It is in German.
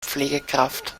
pflegekraft